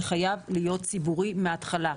זה חייב להיות ציבורי מההתחלה.